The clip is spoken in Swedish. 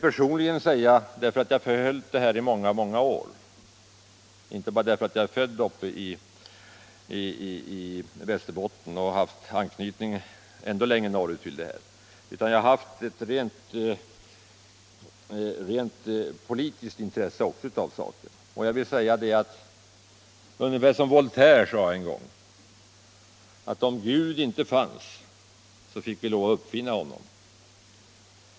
Personligen har jag följt detta ärende i många år, inte bara därför att jag är född i Västerbotten och haft anknytning ännu längre norrut, utan också därför att jag haft ett rent politiskt intresse av saken. Voltaire sade en gång att om Gud inte fanns, så fick vi lov att uppfinna honom.